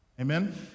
Amen